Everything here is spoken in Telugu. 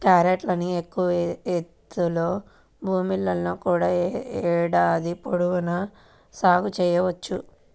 క్యారెట్ను ఎక్కువ ఎత్తులో భూముల్లో కూడా ఏడాది పొడవునా సాగు చేయవచ్చు